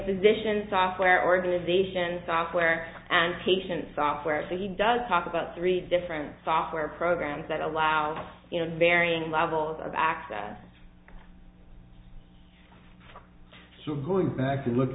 position software organization software and patient software but he does talk about three different software programs that allow varying levels of access so going back to look